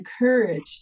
encouraged